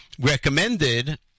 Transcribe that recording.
recommended